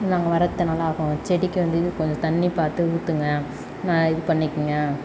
நாங்கள் வர இத்தனை நாள் ஆகும் செடிக்கு வந்து இது கொஞ்சம் தண்ணி பார்த்து ஊற்றுங்க நான் இது பண்ணிக்கோங்க